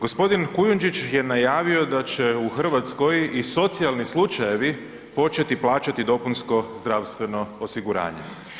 Gospodin Kujundžić je najavio da će u Hrvatskoj i socijalni slučajevi početi plaćati dopunsko zdravstveno osiguranje.